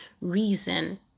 reason